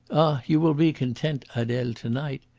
you will be content, adele, to-night,